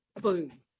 boom